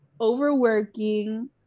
overworking